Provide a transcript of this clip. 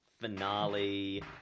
finale